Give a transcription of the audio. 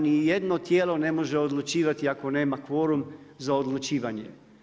Ni jedno tijelo ne može odlučivati ako nema kvorum za odlučivanje.